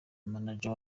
manager